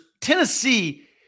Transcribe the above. Tennessee